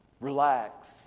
Relax